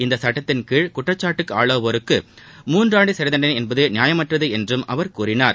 இந்த சட்டத்திள் கீழ் குற்றச்சாட்டுக்கு ஆளாவோருக்கு மூன்றாண்டு சிறை தண்டனை என்பது நியாயமற்றது என்றும் அவர் கூறினார்